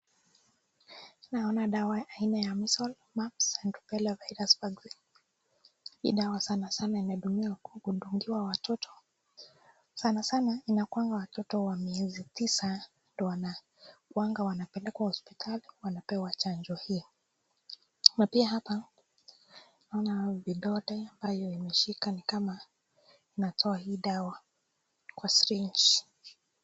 Naona dawa aina ya [ cs] measles, mumps, and Rubella virus vaccine [ cs]. Hii dawa sanasana hutumiwa kudungiwa watoto. Sanasana inakuwanga watoto wa miezi tisa ndio huwanga wanapelekwa hospitali wanapewa chanjo hii. Na pia hapa tunaona walitoa dawa kwa[cs ]syringe